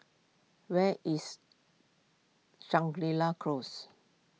where is Shangri La Close